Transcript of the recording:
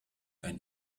ein